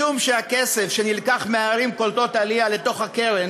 משום שהכסף שנלקח מערים קולטות עלייה לתוך הקרן